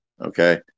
Okay